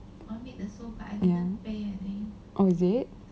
ya oh is it